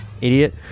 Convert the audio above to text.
idiot